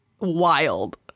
wild